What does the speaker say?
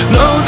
no